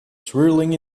swirling